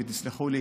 ותסלחו לי,